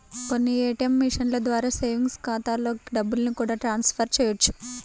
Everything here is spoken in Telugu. కొన్ని ఏ.టీ.యం మిషన్ల ద్వారా సేవింగ్స్ ఖాతాలలోకి డబ్బుల్ని కూడా ట్రాన్స్ ఫర్ చేయవచ్చు